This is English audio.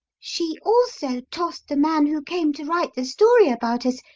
she also tossed the man who came to write the story about us,